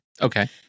Okay